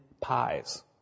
pies